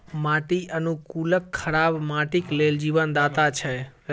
माटि अनुकूलक खराब माटिक लेल जीवनदाता छै